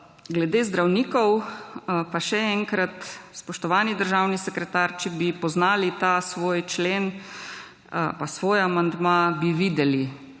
Glede zdravnikov pa še enkrat, spoštovani državni sekretar, če bi poznali ta svoj člen, pa svoj amandma, bi videli,